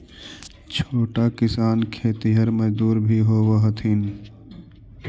छोटा किसान खेतिहर मजदूर भी होवऽ हथिन